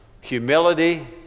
humility